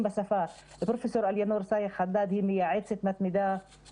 בשפה: פרופ׳ אלינור סאיג` חדאד מייעצת מתמידה,